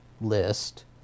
list